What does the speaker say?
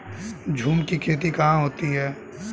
झूम की खेती कहाँ होती है?